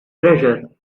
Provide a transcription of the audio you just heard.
treasure